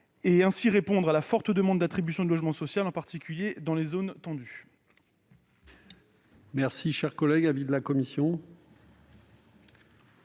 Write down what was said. à mieux répondre à la forte demande d'attribution de logements sociaux, en particulier dans les zones tendues.